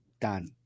done